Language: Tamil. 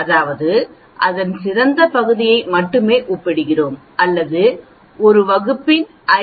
அதாவது அதன் சிறந்த பகுதியை மட்டுமே ஒப்பிடுகிறோம் அல்லது ஒரு வகுப்பின் ஐ